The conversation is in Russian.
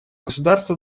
государства